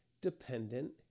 dependent